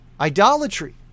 idolatry